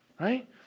Right